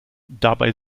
dabei